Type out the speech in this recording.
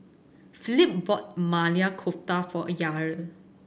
Philip brought Kofta for Yair